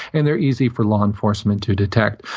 and they're easy for law enforcement to detect.